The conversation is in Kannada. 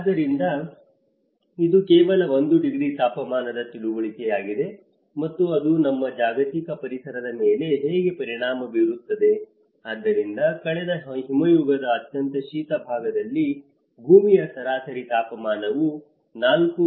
ಆದ್ದರಿಂದ ಇದು ಕೇವಲ 1 ಡಿಗ್ರಿ ತಾಪಮಾನದ ತಿಳುವಳಿಕೆಯಾಗಿದೆ ಮತ್ತು ಅದು ನಮ್ಮ ಜಾಗತಿಕ ಪರಿಸರದ ಮೇಲೆ ಹೇಗೆ ಪರಿಣಾಮ ಬೀರುತ್ತದೆ ಆದ್ದರಿಂದ ಕಳೆದ ಹಿಮಯುಗದ ಅತ್ಯಂತ ಶೀತ ಭಾಗದಲ್ಲಿ ಭೂಮಿಯ ಸರಾಸರಿ ತಾಪಮಾನವು 4